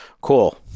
cool